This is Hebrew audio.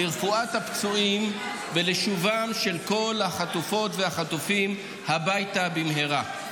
לרפואת הפצועים ולשובם של כל החטופות והחטופים הביתה במהרה.